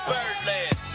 Birdland